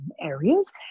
areas